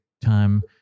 time